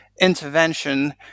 intervention